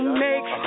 make